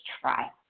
try